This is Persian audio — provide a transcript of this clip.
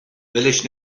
ولش